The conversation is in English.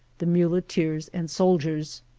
the muleteers, and soldiers.